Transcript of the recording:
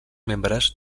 membres